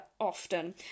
often